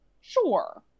Sure